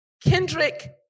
Kendrick